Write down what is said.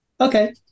Okay